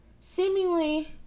Seemingly